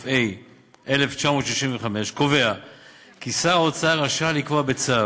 קובע כי שר האוצר רשאי לקבוע בצו,